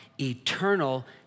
eternal